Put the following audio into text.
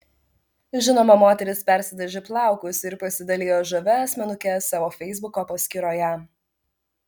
žinoma moteris persidažė plaukus ir pasidalijo žavia asmenuke savo feisbuko paskyroje